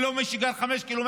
ולא למי שגר 5 קילומטר,